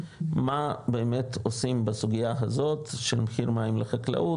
מה באמת עושים בסוגייה הזאת של מחיר מים לחקלאות,